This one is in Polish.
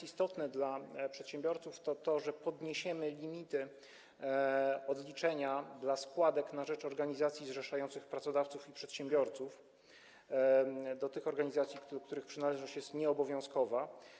Istotne dla przedsiębiorców jest może to, że podniesiemy limity odliczenia, jeśli chodzi o składki na rzecz organizacji zrzeszających pracodawców i przedsiębiorców, tych organizacji, do których przynależność jest nieobowiązkowa.